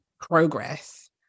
progress